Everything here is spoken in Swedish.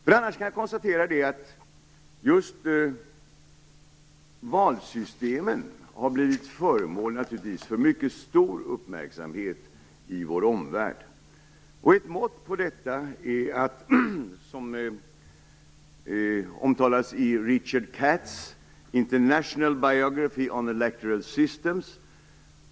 Jag kan bl.a. konstatera att valsystemen har blivit föremål för mycket stor uppmärksamhet i vår omvärld. Ett mått på detta är det som omtalas i Richard S. Katz International Biography on Electoral Systems.